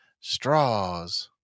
straws